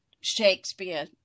Shakespeare